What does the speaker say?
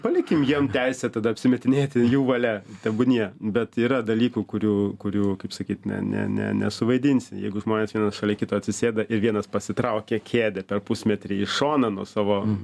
palikim jiem teisę tada apsimetinėti jų valia tebūnie bet yra dalykų kurių kurių kaip sakyt ne ne ne nesuvaidinsi jeigu žmonės vienas šalia kito atsisėda ir vienas pasitraukia kėdę per pusmetrį į šoną nuo savo